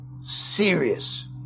serious